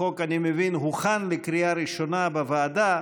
החוק, אני מבין, הוכן לקריאה ראשונה בוועדה,